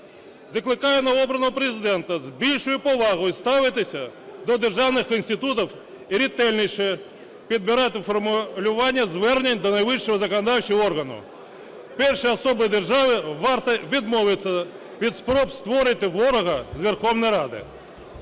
Закликаю новообраного Президента з більшою повагою ставитися до державних інститутів і ретельніше підбирати формулювання звернень до найвищого законодавчого органу. Перша особа держави варта відмовитись від спроб створити ворога з Верховної Ради.